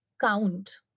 count